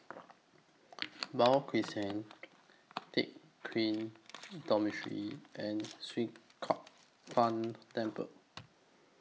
Beo Crescent Teck Kian Dormitory and Swee Kow Kuan Temple